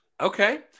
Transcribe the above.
Okay